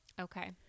Okay